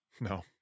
no